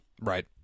Right